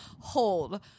Hold